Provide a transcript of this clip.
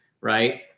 right